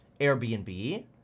Airbnb